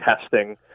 testing